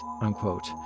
unquote